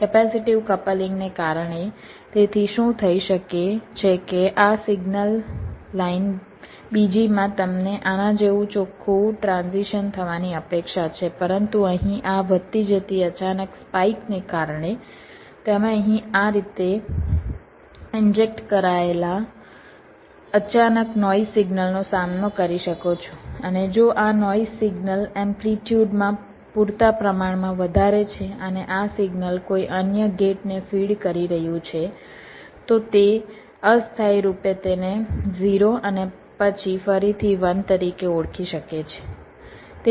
capacitive કપલિંગને કારણે તેથી શું થઈ શકે છે કે આ સિગ્નલ લાઇન બીજીમાં તમને આના જેવું ચોખ્ખું ટ્રાન્ઝિશન થવાની અપેક્ષા છે પરંતુ અહીં આ વધતી જતી અચાનક સ્પાઇક ને કારણે તમે અહીં આ રીતે ઇન્જેક્ટ કરાયેલા અચાનક નોઈઝ સિગ્નલનો સામનો કરી શકો છો અને જો આ નોઈઝ સિગ્નલ એમ્પ્લિટ્યુડ માં પૂરતા પ્રમાણમાં વધારે છે અને આ સિગ્નલ કોઈ અન્ય ગેટને ફીડ કરી રહ્યું છે તો તે અસ્થાયી રૂપે તેને 0 અને પછી ફરીથી 1 તરીકે ઓળખી શકે છે